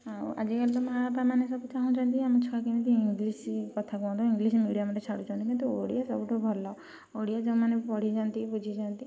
ଆଉ ଆଜିକାଲି ତ ମାଆ ବାପା ମାନେ ତ ଚାହୁଁଛନ୍ତି ଆମ ଛୁଆ କେମିତି ଇଂଲିଶ କଥା କୁହନ୍ତୁ ଇଂଲିଶ ମିଡ଼ିୟମରେ ଛାଡ଼ୁଛନ୍ତି କିନ୍ତୁ ଓଡ଼ିଆ ସବୁଠୁ ଭଲ ଓଡ଼ିଆ ଯୋଉମାନେ ପଢ଼ିଛନ୍ତି ବୁଝିଛନ୍ତି